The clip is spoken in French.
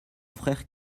frère